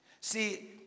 See